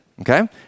Okay